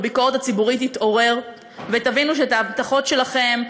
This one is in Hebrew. בביקורת הציבורית יתעורר ותבינו שאת ההבטחות שלכם,